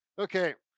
okay,